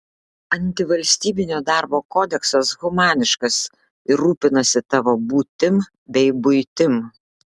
antivalstybinio darbo kodeksas humaniškas ir rūpinasi tavo būtim bei buitim